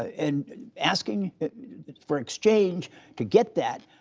and asking for exchange to get that,